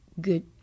good